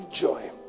joy